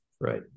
right